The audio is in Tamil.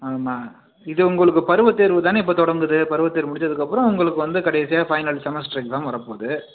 ம் மா இது உங்களுக்கு பருவத்தேர்வு தானே இப்போ தொடங்குது பருவத்தேர்வு முடிஞ்சதுக்கப்புறம் உங்களுக்கு வந்து கடைசியாக ஃபைனல் செமஸ்டர் எக்ஸாம் வரப்போது